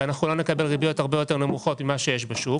ושאנחנו לא נקבל ריביות הרבה יותר נמוכות ממה שיש בשוק.